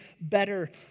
better